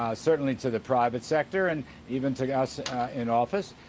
certainly to the private sector and even to us in office,